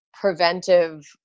preventive